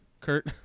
Kurt